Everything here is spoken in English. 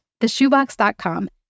theshoebox.com